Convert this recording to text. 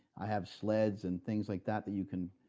i have sleds and things like that that you can.